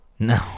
No